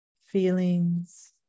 feelings